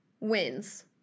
wins